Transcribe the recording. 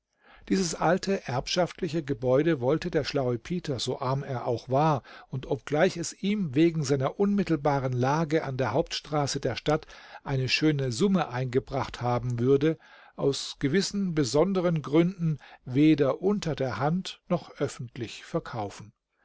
dieses alte erbschaftliche gebäude wollte der schlaue peter so arm er auch war und obgleich es ihm wegen seiner unmittelbaren lage an der hauptstraße der stadt eine schöne summe eingebracht haben würde aus gewissen besonderen gründen weder unter der hand noch öffentlich verkaufen